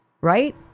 Right